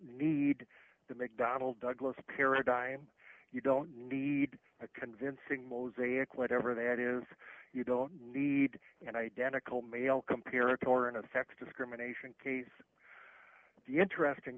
need the mcdonnell douglas paradigm you don't need a convincing mosaic whatever that is you don't need an identical male comparison or in a sex discrimination case the interesting